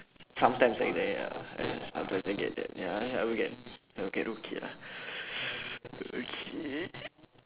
sometimes like that ya I I sometimes I get that ya ya I will get I will get okay lah okay